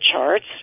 charts